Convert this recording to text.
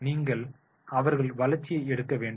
நீங்கள் அவர்கள் வளர்ச்சியை எடுக்க வேண்டும்